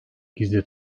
gizli